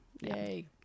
Yay